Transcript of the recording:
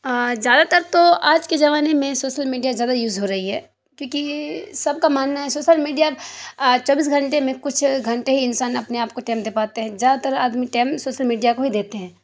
آ زیادہ تر تو آج کے زمانے میں سوسل میڈیا زیادہ یوز ہو رہی ہے کیوں کہ سب کا ماننا ہے سوسل میڈیا چوبیس گھنٹے میں کچھ گھنٹے ہی انسان اپنے آپ کو ٹئم دے پاتے ہیں زیادہ تر آدمی ٹئم سوسل میڈیا کو ہی دیتے ہیں